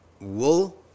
wool